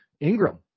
Ingram